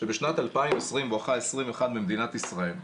שבשנת 2020/21 במדינת ישראל,